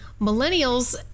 Millennials